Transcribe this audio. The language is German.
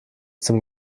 zum